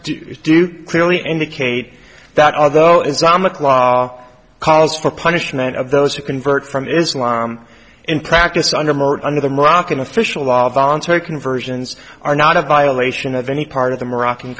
do clearly indicate that although islamic law calls for punishment of those who convert from islam in practice under murder under the moroccan official law voluntary conversions are not a violation of any part of the moroccan